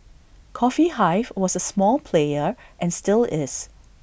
coffee hive was A small player and still is